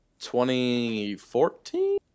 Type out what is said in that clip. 2014